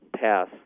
pass